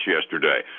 yesterday